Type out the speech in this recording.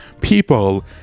people